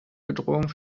bedrohung